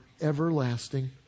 everlasting